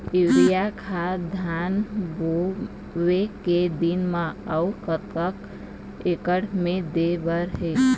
Urea खाद धान बोवे के दिन म अऊ कतक एकड़ मे दे बर हे?